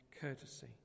courtesy